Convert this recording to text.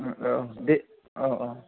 औ दे औ औ